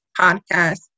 podcast